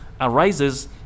arises